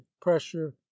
pressure